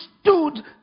stood